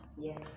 Yes